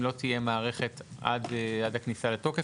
אם לא תהיה מערכת עד הכניסה לתוקף,